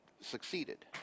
succeeded